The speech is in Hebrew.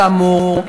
כאמור,